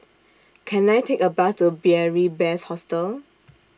Can I Take A Bus to Beary Best Hostel